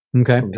Okay